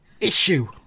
Issue